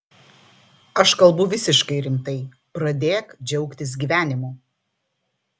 aš kalbu visiškai rimtai pradėk džiaugtis gyvenimu